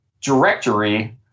directory